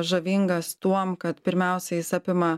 žavingas tuom kad pirmiausia jis apima